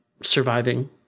surviving